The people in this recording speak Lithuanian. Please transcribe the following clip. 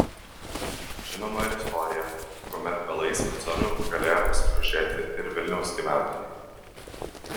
žinoma ir istorija kuomet belaisviu caru galėjo pasigrožėti ir vilniaus gyventojai